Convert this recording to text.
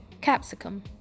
capsicum